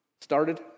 started